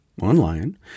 online